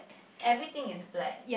everything is black